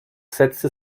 setzte